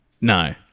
No